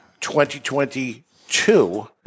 2022